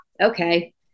okay